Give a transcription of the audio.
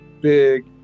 big